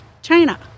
China